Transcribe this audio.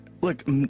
Look